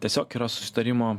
o tiesiog yra susitarimo